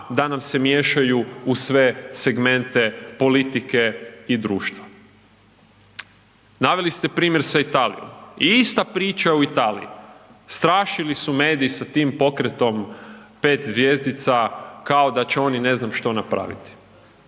da nam se miješaju u sve segmente politike i društva. Naveli ste primjer sa Italijom, ista priča i u Italiji, strašili su mediji sa tim pokretom 5 zvjezdica kao da će oni ne znam što napraviti,